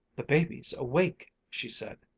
the baby's awake! she said,